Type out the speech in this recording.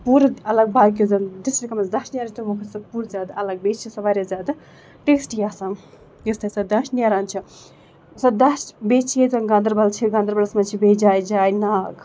پوٗرٕ الگ باقی یُس زَن ڈِسٹِرٛکو منٛز دَچھ نیران چھِ تِمو کھۄتہٕ چھِ سۄ پوٗرٕ زیادٕ الگ بیٚیہِ چھِ سۄ واریاہ زیادٕ ٹیسٹی آسان یُس تَتہِ سۄ دَچھ نیران چھِ سۄ دَچھ بیٚیہِ چھِ ییٚتہِ زَن گاندربَل چھِ گاندربلَس منٛز چھِ بیٚیہِ جایہِ جایہِ ناگ